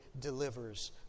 delivers